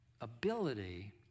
ability